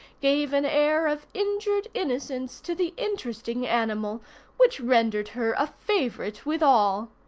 gave an air of injured innocence to the interesting animal which rendered her a favorite with all.